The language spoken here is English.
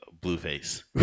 Blueface